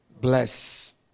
Bless